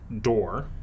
door